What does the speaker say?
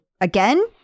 again